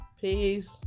Peace